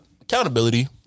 accountability